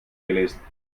gelesen